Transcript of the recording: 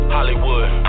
Hollywood